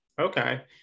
Okay